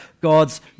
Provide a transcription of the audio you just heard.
God's